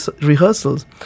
rehearsals